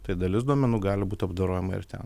tai dalis duomenų gali būt apdorojama ir ten